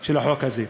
של החוק הזה.